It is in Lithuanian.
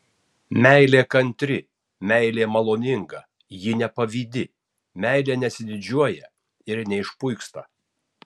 meilė kantri meilė maloninga ji nepavydi meilė nesididžiuoja ir neišpuiksta